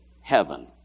heaven